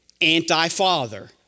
anti-father